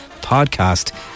podcast